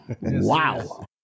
wow